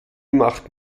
macht